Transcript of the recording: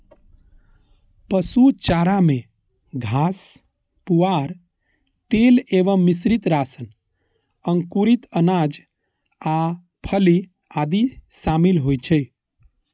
पशु चारा मे घास, पुआर, तेल एवं मिश्रित राशन, अंकुरित अनाज आ फली आदि शामिल होइ छै